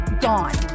gone